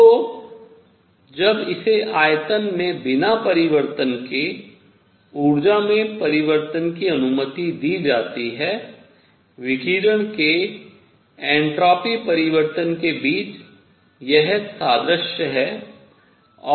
तो जब इसे आयतन में बिना परिवर्तन के ऊर्जा में परिवर्तन करने की अनुमति दी जाती है विकिरण के एन्ट्रापी परिवर्तन के बीच यह सादृश्य है